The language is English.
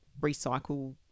recycle